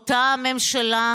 אותה ממשלה,